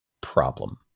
Problem